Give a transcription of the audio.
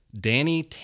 Danny